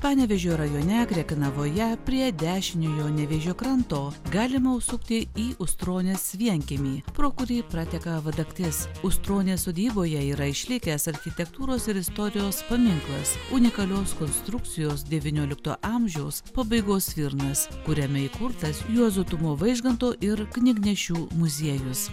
panevėžio rajone krekenavoje prie dešiniojo nevėžio kranto galima užsukti į ūstronės vienkiemį pro kurį prateka vadaktis ūstronės sodyboje yra išlikęs architektūros ir istorijos paminklas unikalios konstrukcijos devyniolikto amžiaus pabaigos svirnas kuriame įkurtas juozo tumo vaižganto ir knygnešių muziejus